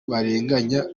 barenganya